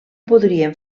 podrien